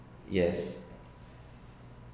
yes